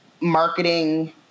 marketing